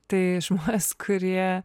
tai žmonės kurie